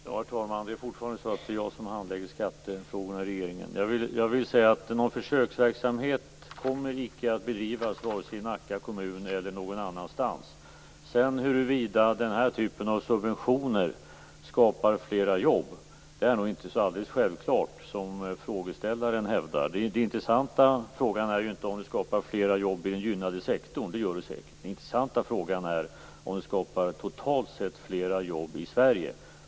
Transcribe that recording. Herr talman! Det är fortfarande så att det är jag som handlägger skattefrågorna i regeringen. Jag vill säga att någon försöksverksamhet inte kommer att bedrivas vare sig i Nacka kommun eller någon annanstans. Sedan huruvida den här typen av subventioner skapar flera jobb är nog inte så alldeles självklart som frågeställaren hävdar. Den intressanta frågan är ju inte om det skapar flera jobb i den gynnade sektorn. Det gör det säkert. Den intressanta frågan är om det totalt sett skapar fler jobb i Sverige.